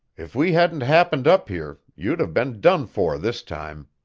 if we hadn't happened up here, you'd have been done for this time.